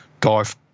dive